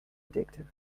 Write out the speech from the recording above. addictive